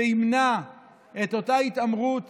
שימנע את אותה התעמרות